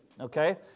Okay